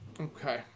Okay